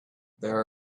there